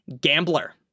gambler